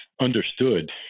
understood